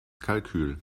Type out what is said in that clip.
kalkül